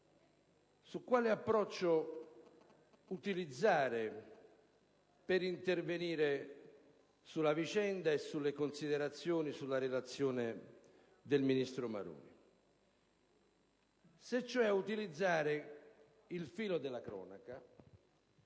su quale approccio utilizzare per intervenire sulla vicenda e sulle considerazioni, sulla relazione del ministro Maroni: se cioè utilizzare il filo della cronaca.